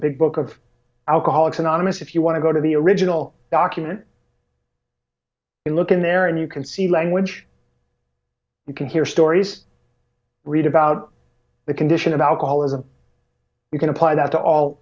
big book of alcoholics anonymous if you want to go to the original document and look in there and you can see language you can hear stories read about the condition of alcoholism you can apply that